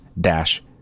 dash